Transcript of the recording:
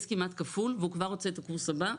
כמעט כפול והוא כבר רוצה את הקורס הבא,